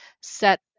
set